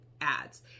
ads